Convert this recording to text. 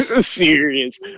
Serious